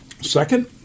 second